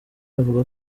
avuga